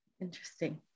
Interesting